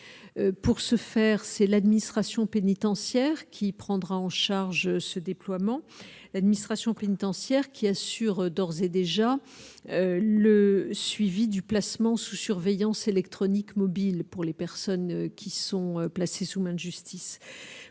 pour ce faire, c'est l'administration pénitentiaire qui prendra en charge ce déploiement, l'administration pénitentiaire qui assure d'ores et déjà, le suivi du placement sous surveillance électronique mobile pour les personnes qui sont placées sous main de justice.